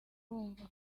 wumva